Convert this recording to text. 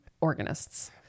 organists